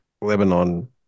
Lebanon